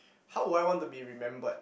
how would I want to be remembered